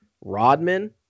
Rodman